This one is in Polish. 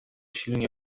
silnie